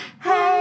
Hey